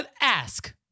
ask